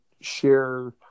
share